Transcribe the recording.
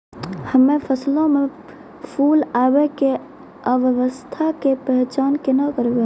हम्मे फसलो मे फूल आबै के अवस्था के पहचान केना करबै?